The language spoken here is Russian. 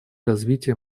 развития